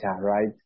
right